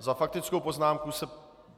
Za faktickou poznámku se